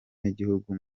nigihugu